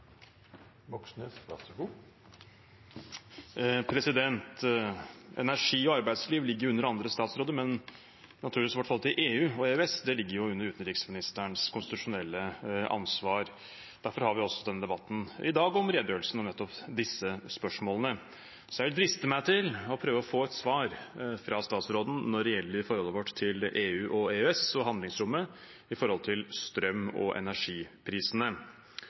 Energi og arbeidsliv ligger jo under andre statsråder, men vårt forhold til EU og EØS ligger naturligvis under utenriksministerens konstitusjonelle ansvar. Derfor har vi også denne debatten i dag om redegjørelsen og nettopp disse spørsmålene. Så jeg vil driste meg til å prøve å få et svar fra utenriksministeren om forholdet vårt til EU og EØS og handlingsrommet når det gjelder strøm- og energiprisene.